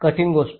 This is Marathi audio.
कठीण गोष्ट